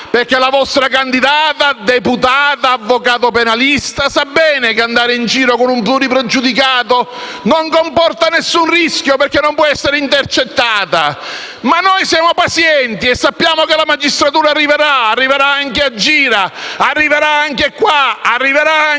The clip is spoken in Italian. perché la vostra candidata, deputata e avvocato penalista sa bene che andare in giro con un pluripregiudicato non comporta alcun rischio perché non può essere intercettata. Ma noi siamo pazienti e sappiamo che la magistratura arriverà, arriverà anche ad Agira e arriverà anche qua, arriverà anche a